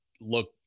look